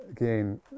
again